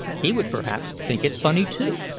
he would perhaps think it funny too!